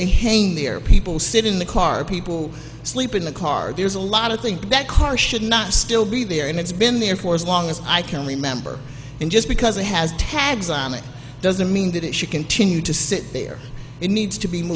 they hane the air people sit in the car people sleep in the car there's a lot of think that car should not still be there and it's been there for as long as i can remember and just because it has tags on it doesn't mean that it should continue to sit there it needs to be